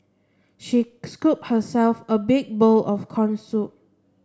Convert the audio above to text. she scooped herself a big bowl of corn soup